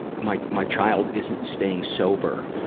my my child isn't staying sober.